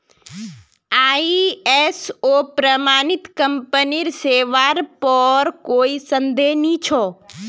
ISO प्रमाणित कंपनीर सेवार पर कोई संदेह नइ छ